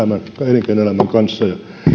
elinkeinoelämän kanssa